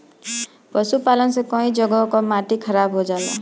पशुपालन से कई जगह कअ माटी खराब हो जाला